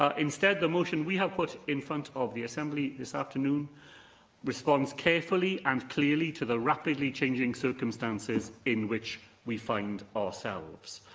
ah instead, the motion we have put in front of the assembly this afternoon responds carefully and clearly to the rapidly changing circumstances in which we find ourselves.